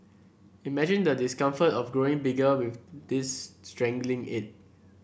imagine the discomfort of growing bigger with this strangling it